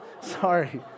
Sorry